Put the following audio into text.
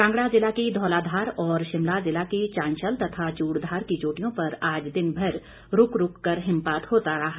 कांगड़ा जिला की धौलाधार और शिमला जिला की चांसल तथा चूड़धार की चोटियों पर आज दिनभर रूक रूक कर हिमपात होता रहा